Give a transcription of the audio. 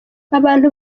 abantu